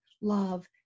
love